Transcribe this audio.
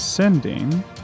Sending